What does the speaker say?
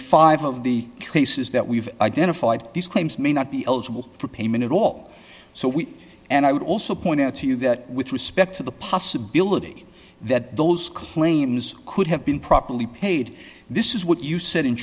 five of the cases that we've identified these claims may not be eligible for payment at all so we and i would also point out to you that with respect to the possibility that those claims could have been properly paid this is what you said in